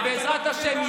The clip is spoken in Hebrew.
ובעזרת השם,